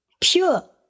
Pure